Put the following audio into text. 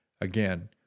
Again